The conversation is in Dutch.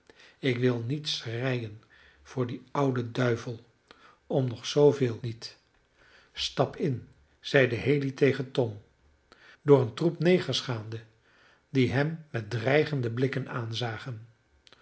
ik wil niet schreien voor dien ouden duivel om nog zooveel niet stap in zeide haley tegen tom door een troep negers gaande die hem met dreigende blikken aanzagen